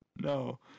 No